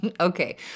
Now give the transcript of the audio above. Okay